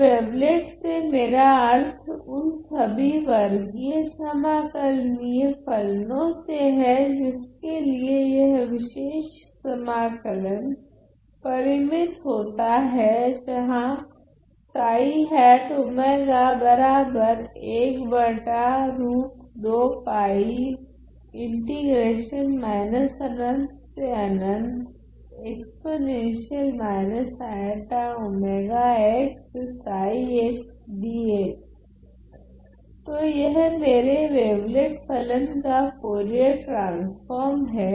तो वेवलेट से मेरा अर्थ उन सभी वर्गीय समाकलनीय फलनो से है जिसके लिए यह विशेष समाकलन परिमित होता है जहां तो यह मेरे वेवलेट फलन का फुरियर ट्रान्स्फ़ोर्म हैं